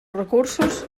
recursos